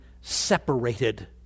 separated